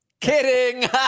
Kidding